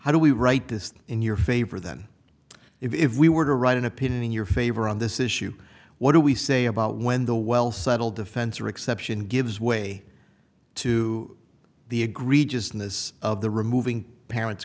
how do we write this in your favor then if we were to write an opinion in your favor on this issue what do we say about when the well settled defense or exception gives way to the egregiousness of the removing parents